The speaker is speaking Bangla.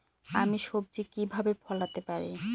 আমি সবজি কিভাবে ফলাতে পারি?